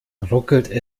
ruckelt